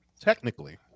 technically